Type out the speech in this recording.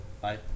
bye